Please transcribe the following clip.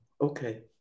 Okay